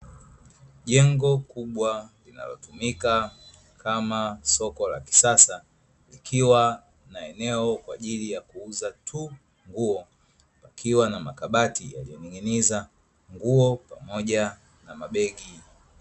Jengo kubwa linalotumika kama soko la kisasa likiwa na eneo kwa ajili ya kuuza tu nguo, pakiwa na makabati yaliyoning’iniza nguo pamoja na mabegi.